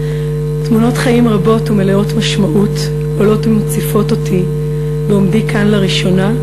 תמונות חיים רבות ומלאות משמעות עולות ומציפות אותי בעומדי כאן לראשונה,